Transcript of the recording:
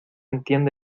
entiende